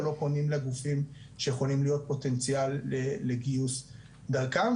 או לא פונים לגופים שיכולים להיות פוטנציאל לגיוס דרכם.